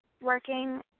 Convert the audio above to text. working